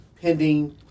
pending